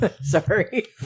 sorry